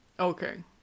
Okay